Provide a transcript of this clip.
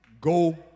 Go